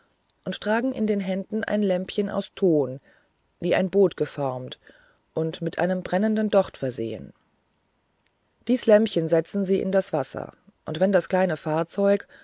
und tragen in der hand ein lämpchen aus ton wie ein boot geformt und mit einem brennenden docht versehen dies lämpchen setzen sie in das wasser und wenn das kleine fahrzeug